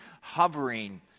Hovering